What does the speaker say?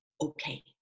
okay